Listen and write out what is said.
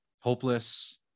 hopeless